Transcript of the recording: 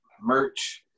merch